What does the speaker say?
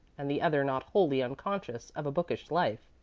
and the other not wholly unconscious of a bookish life,